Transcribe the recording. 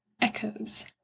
echoes